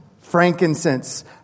frankincense